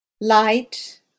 light